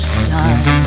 sun